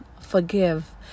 Forgive